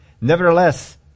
Nevertheless